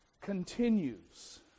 continues